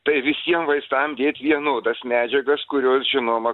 tai visiem vaistam dėt vienodas medžiagas kurios žinoma